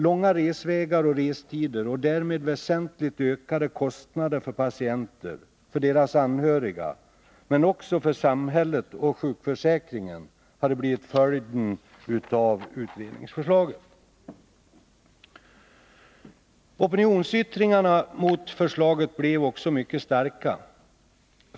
Långa resvägar och restider och därmed väsentligt ökade kostnader för patienter och deras anhöriga men också för samhället och sjukförsäkringen hade blivit följden av utredningsförslaget. Opinionsyttringarna mot förslaget blev också mycket starka.